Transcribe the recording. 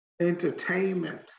entertainment